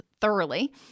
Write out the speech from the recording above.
thoroughly